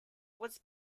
was